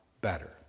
better